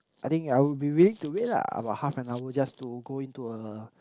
I think I would be willing to wait lah about half an hour just to go into a